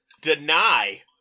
deny